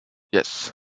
yes